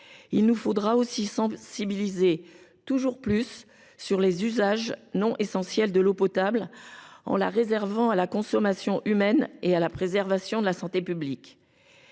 Il faudra aussi sensibiliser toujours plus la population sur les usages non essentiels de l’eau potable, que l’on doit réserver à la consommation humaine et à la préservation de la santé publique.